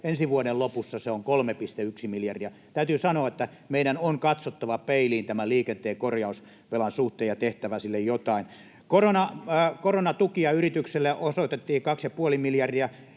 Ensi vuoden lopussa se on 3,1 miljardia. Täytyy sanoa, että meidän on katsottava peiliin tämän liikenteen korjausvelan suhteen ja tehtävä sille jotain. Koronatukia yrityksille osoitettiin kaksi ja